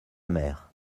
mère